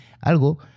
algo